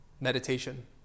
meditation